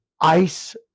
ice